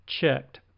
checked